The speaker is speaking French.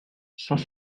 saint